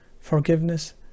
forgiveness